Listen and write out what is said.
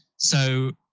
so,